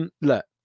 Look